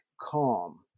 calm